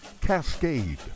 Cascade